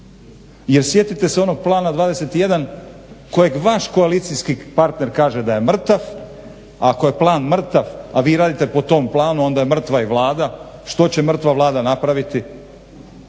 jer sjetite se onog Plana 21 kojeg vaš koalicijski partner kaže da je mrtav, a ako je plan mrtav a vi radite po tom planu onda je mrtva i Vlada. Što će mrtva Vlada napraviti?